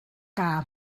kaa